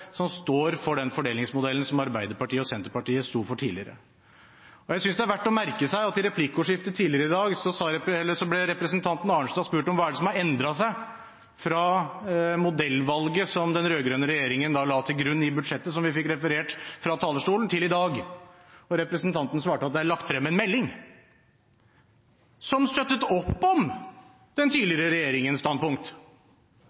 som står for den fordelingsmodellen som Arbeiderpartiet og Senterpartiet sto for tidligere. Jeg synes det er verdt å merke seg at i et replikkordskifte tidligere i dag ble representanten Arnstad spurt om hva det er som har endret seg fra modellvalget som den rød-grønne regjeringen la til grunn i budsjettet, som vi fikk referert fra talerstolen, til i dag. Og representanten svarte at det er lagt frem en melding som støttet opp om den